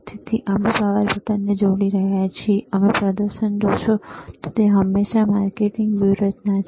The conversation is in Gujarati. તેથી અમે પાવર બટનને જોડીએ રહ્યા છીએ અને તમે પ્રદર્શન જોશો તે હંમેશા માર્કેટિંગ વ્યૂહરચના છે